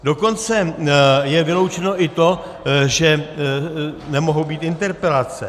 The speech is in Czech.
Dokonce je vyloučeno i to, že nemohou být interpelace.